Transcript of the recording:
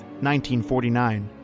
1949